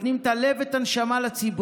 הם נותנים את הלב ואת הנשמה לציבור.